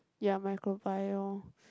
ya microbio